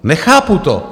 Nechápu to.